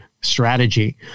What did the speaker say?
strategy